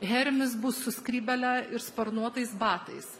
hermis bus su skrybėle ir sparnuotais batais